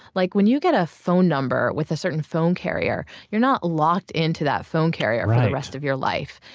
like when you get a phone number with a certain phone carrier, you're not locked into that phone carrier for the rest of your life.